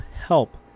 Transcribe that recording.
Help